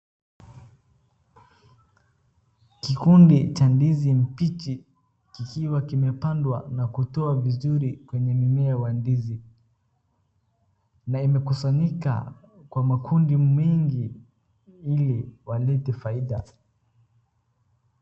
Kikundi cha ndizi mbichi kikiwa kimepandwa na kutoa vizuri kwenye mimea wa ndizi na imekusanyika kwa makundi mingi ili walete faida.